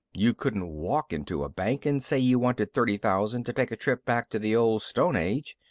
you couldn't walk into a bank and say you wanted thirty thousand to take a trip back to the old stone age.